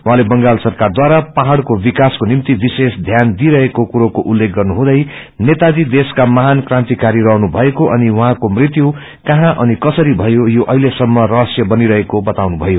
उहौँले बंगाल सरकारद्वारा पहाउको विकासको कुराक्रो विशेष ध्यान दिइरहेको कुराक्रो उल्लेख गर्नुहुँदै नेताजी देशका मझन क्रान्तिकारी रहनुभ्नएको अनि उहाँको मृत्यु कझैं अनि कसरी थयो यो अहितेसम्प रहस्य बनिरहेको बताउनुथयो